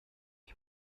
you